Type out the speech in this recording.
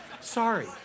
Sorry